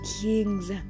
kings